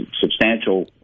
substantial